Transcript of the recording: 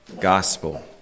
gospel